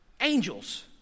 angels